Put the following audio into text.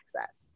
access